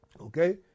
Okay